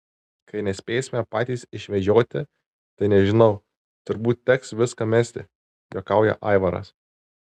kai nespėsime patys išvežioti tai nežinau turbūt teks viską mesti juokauja aivaras